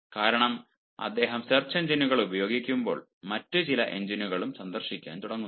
കാരണം അദ്ദേഹം സെർച്ച് എഞ്ചിനുകൾ ഉപയോഗിക്കുമ്പോൾ മറ്റ് ചില എഞ്ചിനുകളും സന്ദർശിക്കാൻ തുടങ്ങുന്നു